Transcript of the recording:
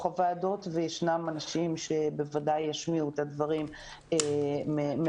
הוועדות ויש אנשים שבוודאי ישמיעו את הדברים מהשטח.